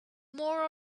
more